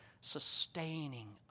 sustaining